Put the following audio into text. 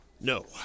No